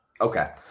Okay